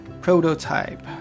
prototype